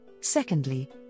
secondly